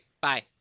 Bye